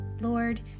Lord